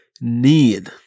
need